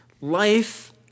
Life